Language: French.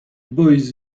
boys